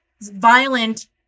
violent